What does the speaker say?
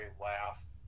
last